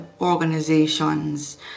organizations